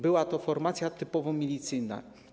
Była to formacja typowo milicyjna.